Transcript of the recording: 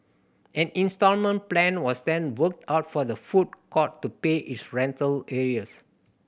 an instalment plan was then worked out for the food court to pay its rental arrears